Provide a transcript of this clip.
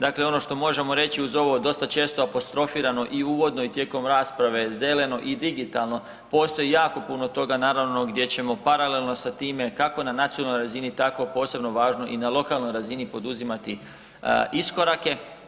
Dakle, ono što možemo reći uz ovo dosta često apostrofirano i uvodno i tijekom rasprave zeleno i digitalno postoji jako puno toga naravno gdje ćemo paralelno sa time kako na nacionalnoj razini tako posebno važno i na lokalnoj razini poduzimati iskorake.